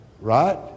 right